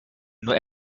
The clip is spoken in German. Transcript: nur